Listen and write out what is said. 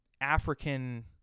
African